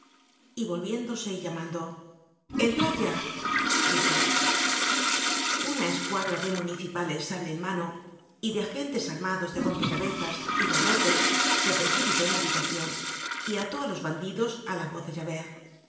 y volviéndose y llamando entrad ya dijo una escuadra de municipales sable en mano y de agentes armados de rompe cabezas y garrotes se precipitó en la habitacion y ató á los bandidos á la voz